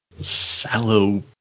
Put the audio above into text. sallow